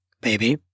Baby